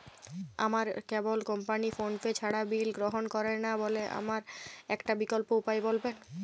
আমার cable company PhonePe ছাড়া bill গ্রহণ করে না বলে আমার একটা বিকল্প উপায় বলবেন?